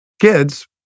kids